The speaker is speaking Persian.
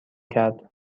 کرد